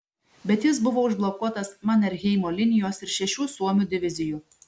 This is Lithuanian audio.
bet jis buvo užblokuotas manerheimo linijos ir šešių suomių divizijų